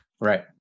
Right